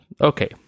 Okay